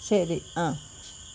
ശരി ആ